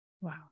Wow